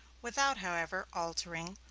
without, however, altering,